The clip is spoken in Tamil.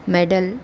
மெடல்